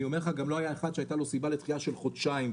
גם לא היה אחד שהיתה לו סיבה לדחייה של חודשיים,